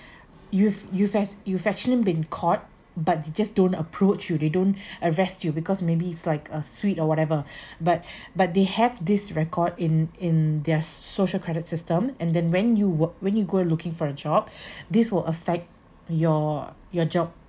you've you've in fact you've actually been caught but they just don't approach you they don't uh rescue because maybe it's like a sweet or whatever but but they have this record in in their so~ social credit system and then when you were when you go and looking for a job this will affect your your job